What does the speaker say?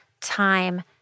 time